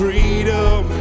Freedom